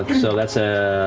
so that's a